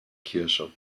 kirche